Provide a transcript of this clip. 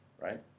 right